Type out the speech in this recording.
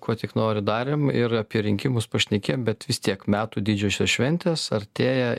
kuo tik nori darėm ir apie rinkimus pašnekėjom bet vis tiek metų didžiosios šventės artėja